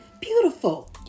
beautiful